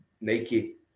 Nike